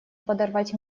подорвать